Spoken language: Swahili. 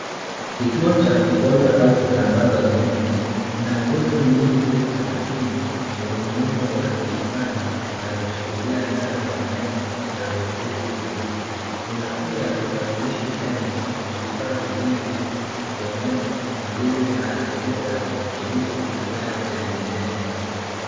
Kituo cha kupoza au kusambaza umeme kina nguzo nyingi ndefu za chuma zenye muundo wa kiimani zinazo shikilia nyaya za umeme za [cs ] volteji [cs ] ya juu. Kuna pia vibadilishi umeme na vifaa vingine vingi vya umeme vilivyo na [cs ] isolators[cs ] nyeusi na nyaya zenye meme.